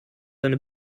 eine